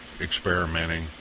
experimenting